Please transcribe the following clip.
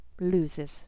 loses